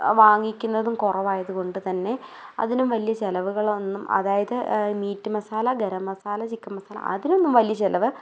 വാങ്ങിക്കുന്നതും കുറവായതു കൊണ്ട് തന്നെ അതിനും വലിയ ചിലവുകളൊന്നും അതായത് മീറ്റ് മസാല ഗരം മസാല ചിക്കൻ മസാല അതിനൊന്നും വലിയ ചിലവ്